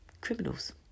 criminals